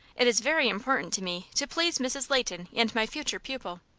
it is very important to me to please mrs. leighton and my future pupil.